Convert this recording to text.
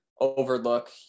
overlook